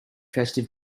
festive